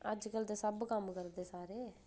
अजकल ते सब कम करदे सारे